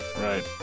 Right